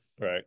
right